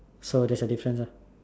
so there's a difference ah